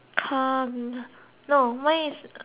no mine is mine is dir